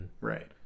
Right